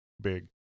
big